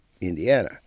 Indiana